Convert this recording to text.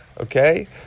Okay